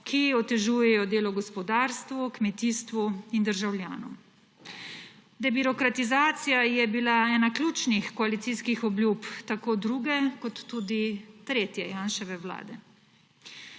ki otežujejo delo gospodarstvu, kmetijstvu in državljanom. Debirokratizacija je bila ena ključnih koalicijskih obljub tako druge kot tudi tretje Janševe vlade.